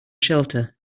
shelter